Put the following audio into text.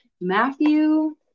Matthew